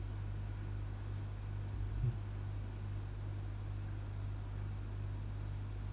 mm